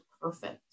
perfect